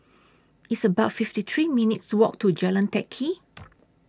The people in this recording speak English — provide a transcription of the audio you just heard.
It's about fifty three minutes' Walk to Jalan Teck Kee